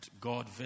God